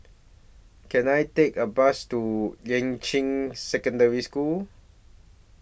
Can I Take A Bus to Yuan Ching Secondary School